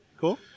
Cool